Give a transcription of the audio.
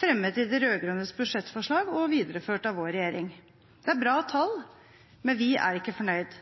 fremmet i de rød-grønnes budsjettforslag og videreført av vår regjering. Det er bra tall, men vi er ikke fornøyd.